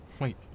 wait